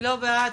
לא בעד,